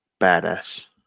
badass